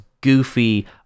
goofy